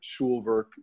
Schulwerk